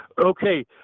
Okay